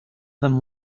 them